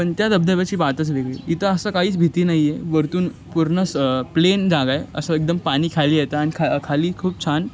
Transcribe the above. पण त्या धबधब्याची बातच वेगळी इथं असं काहीच भीती नाही आहे वरतून पूर्ण स प्लेन जागा आहे असं एकदम पाणी खाली येतं आणि खा खाली खूप छान